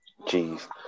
Jeez